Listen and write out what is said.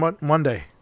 monday